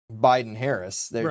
Biden-Harris